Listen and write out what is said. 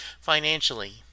financially